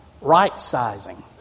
right-sizing